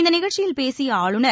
இந்த நிகழ்ச்சியில் பேசிய ஆளுநர்